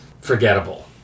forgettable